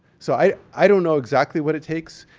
so, i i don't know exactly what it takes.